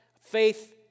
faith